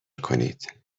کنید